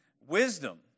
Wisdom